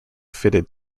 fitted